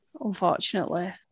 unfortunately